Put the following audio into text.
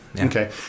Okay